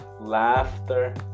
laughter